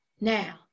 Now